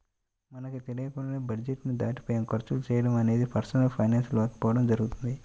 మనకు తెలియకుండానే బడ్జెట్ ని దాటిపోయి ఖర్చులు చేయడం అనేది పర్సనల్ ఫైనాన్స్ లేకపోవడం జరుగుతుంది